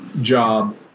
job